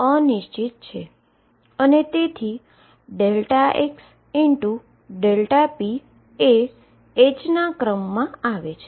તેથી મોમેન્ટમ પણ અન્સર્ટેઈન છે અને તેથી ΔxΔp એ h ના ક્રમમાં આવે છે